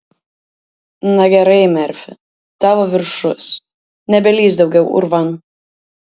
na gerai merfi tavo viršus nebelįsk daugiau urvan